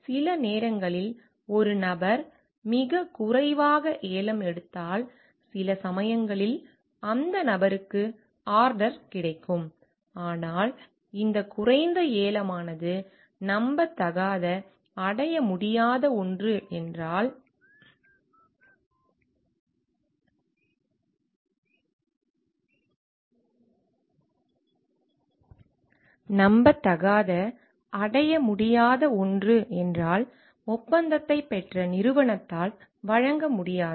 சில நேரங்களில் ஒரு நபர் மிகக் குறைவாக ஏலம் எடுத்தால் சில சமயங்களில் அந்த நபருக்கு ஆர்டர் கிடைக்கும் ஆனால் இந்த குறைந்த ஏலமானது நம்பத்தகாத அடைய முடியாத ஒன்று என்றால் ஒப்பந்தத்தைப் பெற்ற நிறுவனத்தால் வழங்க முடியாது